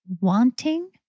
wanting